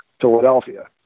Philadelphia